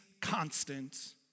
constant